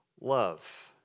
Love